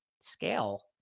scale